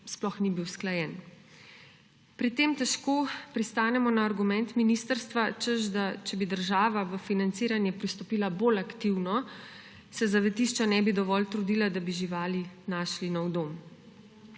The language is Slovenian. sploh ni bil usklajen. Pri tem težko pristanemo na argument ministrstva, češ da če bi država v financiranje pristopila bolj aktivno, se zavetišča ne bi dovolj trudila, da bi živali našla nov dom.